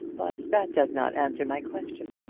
but that does not answer my question.